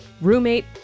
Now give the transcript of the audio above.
Roommate